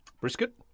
brisket